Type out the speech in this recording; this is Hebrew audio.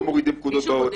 לא מורידים פקודות בווטסאפ.